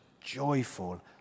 joyful